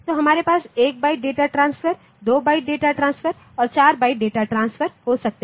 तो हमारे पास 1 byte data transfer byte data transfer या 4 बाइट डाटा ट्रांसफर हो सकते हैं